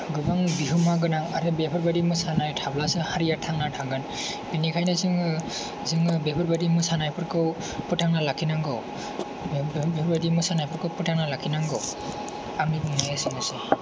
गोबां बिहोमा गोनां आरो बेफोरबायदि मोसानाय थाब्लासो हारिया थांना थागोन बेनिखायनो जोङो जोङो बेफोरबायदि मोसानायफोरखौ फोथांना लाखिनांगौ बे बे बेफोरबायदि मोसानायफोरखौ फोथांना लाखिनांगौ आंनि बुंनाया एसेनोसै